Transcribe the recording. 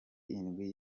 indwi